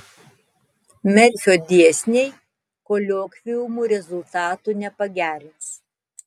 merfio dėsniai koliokviumų rezultatų nepagerins